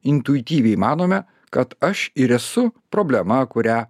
intuityviai manome kad aš ir esu problema kurią